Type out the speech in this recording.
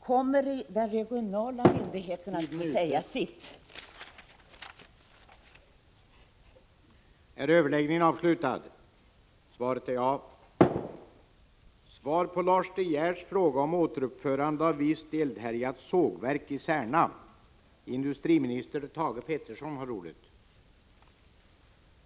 Kommer den regionala myndigheten att få säga sitt ord?